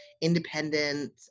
independent